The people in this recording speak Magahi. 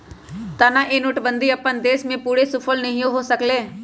एना तऽ नोटबन्दि अप्पन उद्देश्य में पूरे सूफल नहीए हो सकलै